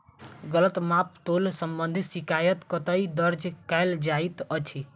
गलत माप तोल संबंधी शिकायत कतह दर्ज कैल जाइत अछि?